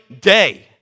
day